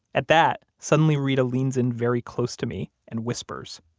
at that, suddenly reta leans in very close to me and whispers,